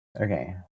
Okay